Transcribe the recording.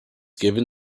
given